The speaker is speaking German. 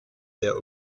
der